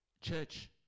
Church